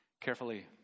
carefully